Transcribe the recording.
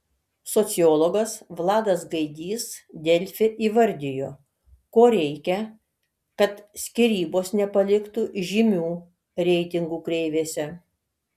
sociologas vladas gaidys delfi įvardijo ko reikia kad skyrybos nepaliktų žymių reitingų kreivėse